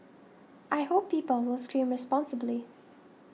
I hope people will scream responsibly